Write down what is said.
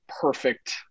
perfect